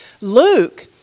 Luke